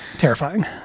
Terrifying